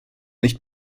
nicht